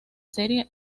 serie